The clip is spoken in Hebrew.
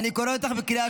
אני קורא אותך בקריאה